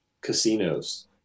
casinos